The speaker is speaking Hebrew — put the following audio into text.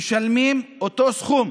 משלמות אותו סכום,